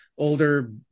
older